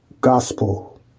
Gospel